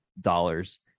dollars